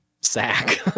sack